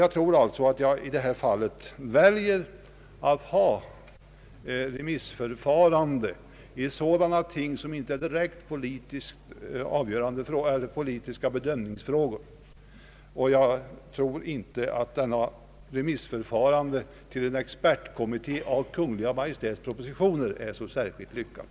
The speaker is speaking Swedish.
Jag tror alltså att jag i det här fallet skulle välja att ha remissförfarande i vad som inte är direkt politiska bedömningsfrågor. Jag tror inte att ett remissförfarande till en expertkommitté av Kungl. Maj:ts propositioner är särskilt lyckat.